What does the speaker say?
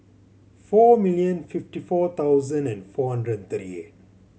four million fifty four thousand and four hundred thirty eight